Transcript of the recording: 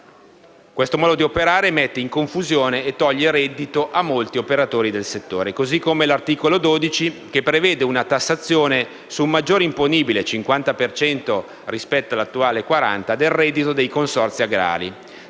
Questo modo di operare produce confusione e toglie reddito a molti operatori del settore. Allo stesso modo l'articolo 12 prevede una tassazione su un maggiore imponibile (50 per cento rispetto all'attuale 40) del reddito dei consorzi agrari.